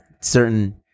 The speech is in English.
certain